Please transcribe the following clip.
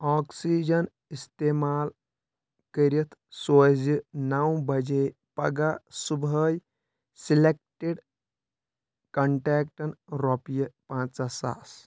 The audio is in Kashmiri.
آکسِجن استعمال کٔرِتھ سوزِ نو بجے پگہہ صُبحٲے سلیکٹِڈ کنٹیکٹن رۄپیہِ پنژہ ساس